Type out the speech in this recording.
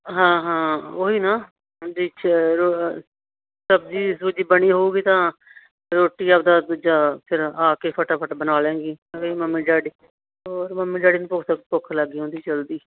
ਹਾਂ ਹਾਂ ਉਹ ਹੀ ਨਾ ਸਬਜ਼ੀ ਸੁਬਜ਼ੀ ਬਣੀ ਹੋਊਗੀ ਤਾਂ ਰੋਟੀ ਆਪਣਾ ਦੂਜਾ ਫਿਰ ਆ ਕੇ ਫਟਾਫਟ ਬਣਾ ਲਵੇਗੀ ਮੰਮੀ ਡੈਡੀ ਹੋਰ ਮੰਮੀ ਡੈਡੀ ਨੂੰ ਭੁੱਖ ਲੱਗ ਜਾਂਦੀ ਜਲਦੀ